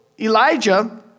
Elijah